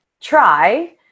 try